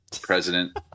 president